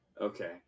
Okay